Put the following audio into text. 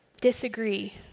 Disagree